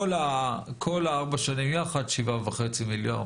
כל ארבע השנים יחד זה 7.5 מיליארד,